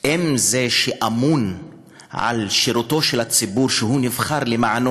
אם זה שאמון על שירות הציבור שהוא נבחר למענו